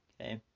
Okay